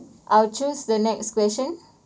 I'll choose the next question